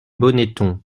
bonneton